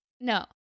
No